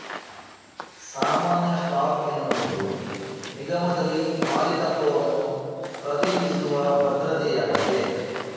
ಸಾಮಾನ್ಯ ಸ್ಟಾಕ್ ಎನ್ನುವುದು ನಿಗಮದಲ್ಲಿ ಮಾಲೀಕತ್ವವನ್ನು ಪ್ರತಿನಿಧಿಸುವ ಭದ್ರತೆಯಾಗಿದೆ